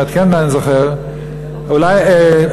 זאת אומרת,